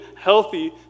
healthy